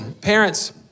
parents